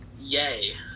Yay